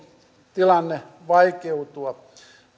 tilanne vaikeutua